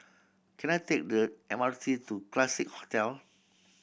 can I take the M R T to Classique Hotel